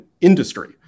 industry